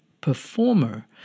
performer